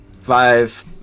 five